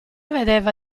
vedeva